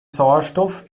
sauerstoff